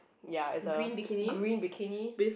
ya is a green bikini